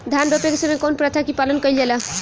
धान रोपे के समय कउन प्रथा की पालन कइल जाला?